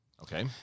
Okay